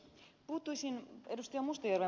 puuttuisin ed